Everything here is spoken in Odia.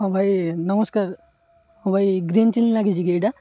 ହଁ ଭାଇ ନମସ୍କାର ହଁ ଭାଇ ଗ୍ରୀନ୍ ଚିଲ୍ଲି ଲାଗିଛି କି ଏଇଟା